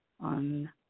on